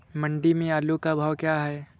मंडी में आलू का भाव क्या है?